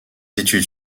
études